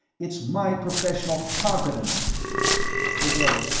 it's my professional competence forget it,